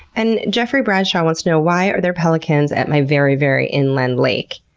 and jeffrey bradshaw wants to know why are there pelicans at my very, very inland lake?